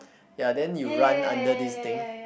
ya then you run under this thing